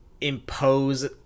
impose